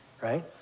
right